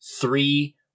three